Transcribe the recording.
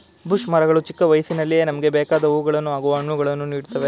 bush ಮರಗಳು ಚಿಕ್ಕ ವಯಸ್ಸಿನಲ್ಲಿಯೇ ನಮ್ಗೆ ಬೇಕಾದ್ ಹೂವುಗಳನ್ನು ಹಾಗೂ ಹಣ್ಣುಗಳನ್ನು ನೀಡ್ತವೆ